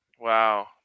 Wow